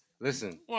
listen